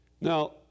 Now